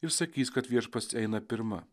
ir sakys kad viešpats eina pirma